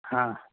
হ্যাঁ